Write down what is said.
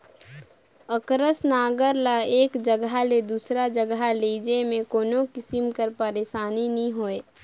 अकरस नांगर ल एक जगहा ले दूसर जगहा लेइजे मे कोनो किसिम कर पइरसानी नी होए